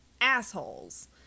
Assholes